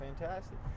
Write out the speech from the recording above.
fantastic